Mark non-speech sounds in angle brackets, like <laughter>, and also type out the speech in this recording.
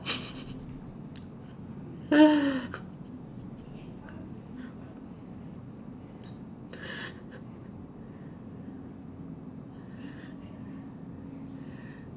<laughs>